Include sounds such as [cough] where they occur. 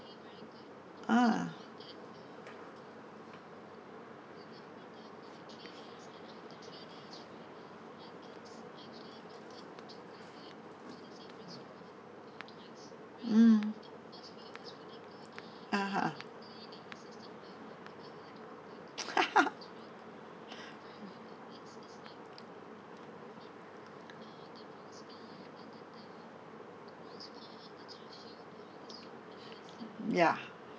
uh mm (uh huh) [laughs] ya